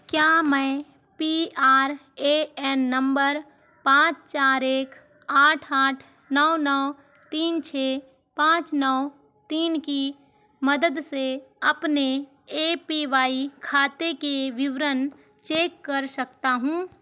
क्या मैं P R A N number पाँच चार एक आठ आठ नौ नौ तीन छः पाँच नौ तीन की मदद से अपने ए पी वाई खाते के विवरण चेक कर सकता हूँ